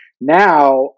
Now